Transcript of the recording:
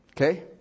Okay